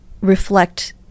reflect